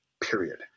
period